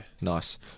nice